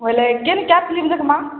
ବୋଲେ can cab